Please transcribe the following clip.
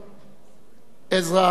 עזרא ז"ל,